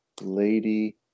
lady